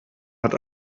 hat